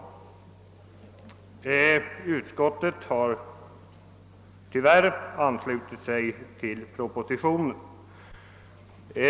Utskottet har på denna punkt anslutit sig till propositionen.